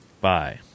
bye